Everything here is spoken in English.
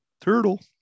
Turtle